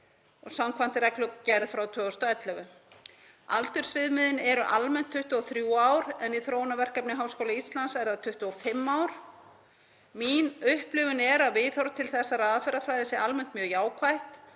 og samkvæmt reglugerð frá 2011. Aldursviðmiðin eru almennt 23 ár en í þróunarverkefni Háskóla Íslands eru það 25 ár. Mín upplifun er að viðhorf til þessarar aðferðafræði sé almennt mjög jákvætt.